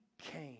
came